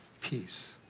peace